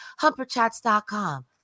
Humperchats.com